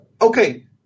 Okay